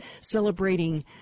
celebrating